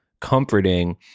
comforting